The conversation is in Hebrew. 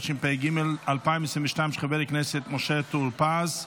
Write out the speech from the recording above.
התשפ"ג 2022, של חבר הכנסת משה טור פז.